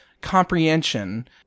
comprehension